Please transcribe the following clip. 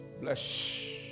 Bless